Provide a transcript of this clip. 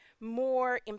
more